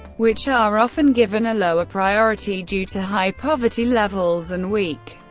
which are often given a lower priority due to high poverty levels and weak,